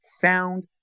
found